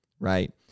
Right